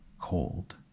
cold